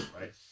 right